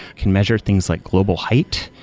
can measure things like global height,